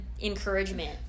encouragement